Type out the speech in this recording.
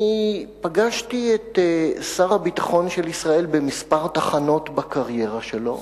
אני פגשתי את שר הביטחון של ישראל בכמה תחנות בקריירה שלו,